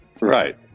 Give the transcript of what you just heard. Right